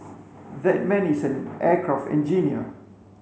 that man is an aircraft engineer